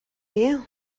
you